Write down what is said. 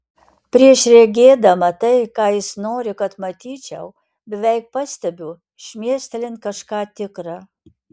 prieš regėdama tai ką jis nori kad matyčiau beveik pastebiu šmėstelint kažką tikra